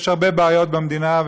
יש הרבה בעיות במדינה,